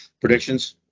Predictions